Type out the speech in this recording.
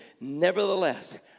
Nevertheless